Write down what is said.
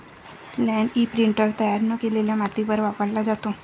land imprinter तयार न केलेल्या मातीवर वापरला जातो